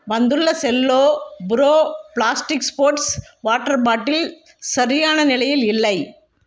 வந்துள்ள Cello pro plastic sports water bottle சரியான நிலையில் இல்லை